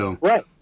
Right